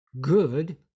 good